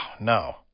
no